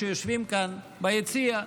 שיושבים כאן ביציע,